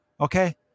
Okay